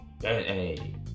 Hey